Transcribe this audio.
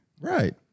Right